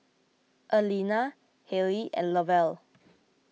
Alena Hale and Lovell